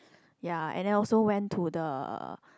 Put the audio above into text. ya and I also went to the